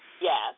Yes